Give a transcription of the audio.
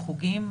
חוגים,